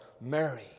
Mary